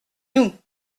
nous